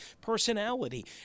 personality